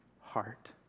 heart